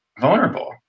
vulnerable